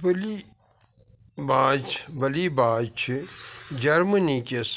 بلی باج بلی باج چھ جرمنی کس